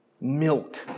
milk